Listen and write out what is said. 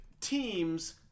teams